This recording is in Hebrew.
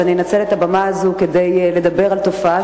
אז אני אנצל את הבמה הזאת כדי לדבר על תופעה